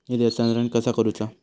निधी हस्तांतरण कसा करुचा?